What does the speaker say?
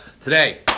Today